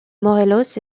morelos